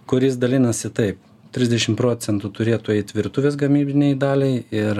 kuris dalinasi tai trisdešim procentų turėtų eit virtuvės gamybinei daliai ir